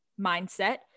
mindset